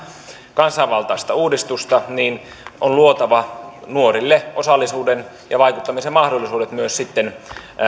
kansanvaltaista uudistusta niin on luotava nuorille osallisuuden ja vaikuttamisen mahdollisuudet myös sitten